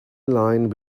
line